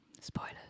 Spoilers